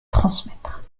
transmettre